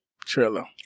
trailer